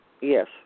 Yes